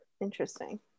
Interesting